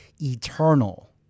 eternal